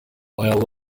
while